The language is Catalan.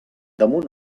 damunt